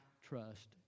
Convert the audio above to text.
trust